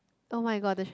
oh-my-god the